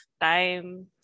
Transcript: time